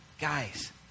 Guys